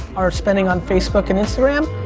are spending on facebook and instagram,